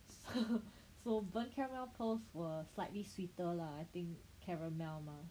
so burnt caramel pearls were slightly sweeter lah I think caramel mah